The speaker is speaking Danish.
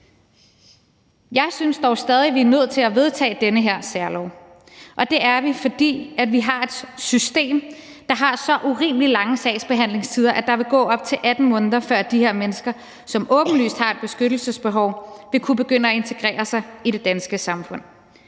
Jeg synes dog stadig, at vi er nødt til at vedtage den her særlov, og det er vi, fordi vi har et system, der har så urimeligt lange sagsbehandlingstider, at der vil gå op til 18 måneder, før de her mennesker, som åbentlyst har et beskyttelsesbehov, vil kunne begynde at integrere sig i det danske samfund.